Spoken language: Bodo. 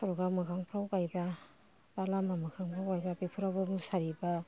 सर'गा मोखांफ्राव गायबा बा लामा मोखांफ्राव गायबा बेफोरावबो मुसारि बा